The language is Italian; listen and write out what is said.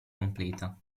completa